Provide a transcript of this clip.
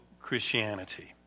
Christianity